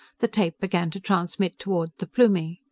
the tape began to transmit toward the plumie.